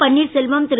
Panneerselvam Thiru